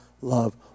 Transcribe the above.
love